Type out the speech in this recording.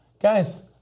guys